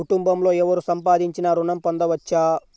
కుటుంబంలో ఎవరు సంపాదించినా ఋణం పొందవచ్చా?